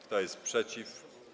Kto jest przeciw?